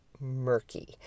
murky